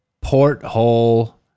porthole